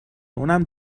اونم